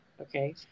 Okay